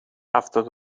هفتاد